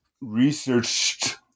researched